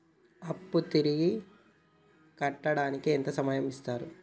అప్పు తిరిగి కట్టడానికి ఎంత సమయం ఇత్తరు?